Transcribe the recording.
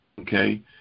Okay